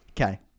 Okay